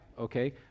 okay